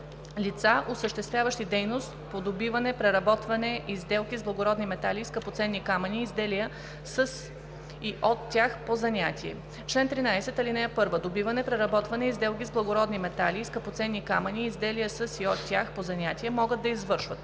„Лица, осъществяващи дейност по добиване, преработване и сделки с благородни метали и скъпоценни камъни и изделия със и от тях по занятие Чл. 13. (1) Добиване, преработване и сделки с благородни метали и скъпоценни камъни и изделия със и от тях по занятие могат да извършват: